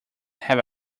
have